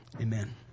Amen